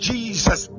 Jesus